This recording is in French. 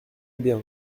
bien